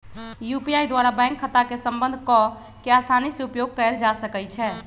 UPI द्वारा bank खता के संबद्ध कऽ के असानी से उपयोग कयल जा सकइ छै